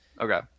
Okay